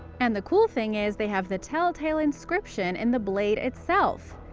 and the cool thing is they have the tell-tale inscription in the blade itself.